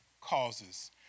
causes